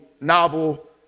novel